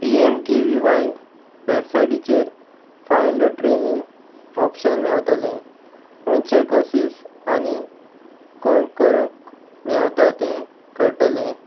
P M केबसायटीचेर फायड training option मेळतलें हुयचे कॉसीस आनी खंय करूंक मेवता तें कळटलें